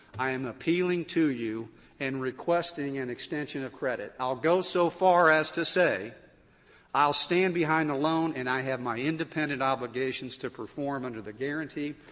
i am appealing to you and requesting an extension of credit? i'll go so far as to say i'll stand behind the loan, and i have my independent obligations to perform under the guaranty.